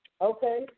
Okay